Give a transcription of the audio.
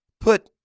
Put